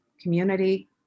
community